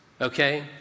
okay